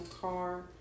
car